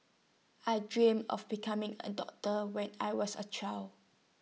I dreamt of becoming A doctor when I was A child